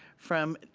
from,